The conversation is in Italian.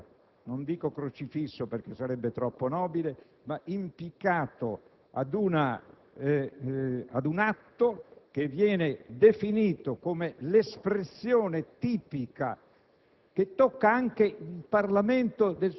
di essere impiccato ancora - non dico crocifisso, perché sarebbe troppo nobile - ad un atto che viene definito come l'espressione tipica